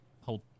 hold